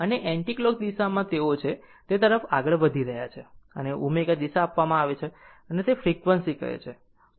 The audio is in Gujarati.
અને એન્ટિકલોક દિશામાં તેઓ છે તે તરફ આગળ વધી રહ્યા છે અને ω આપવામાં આવે છે જેને તે ફ્રેક્વંસી કહે છે